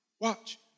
Watch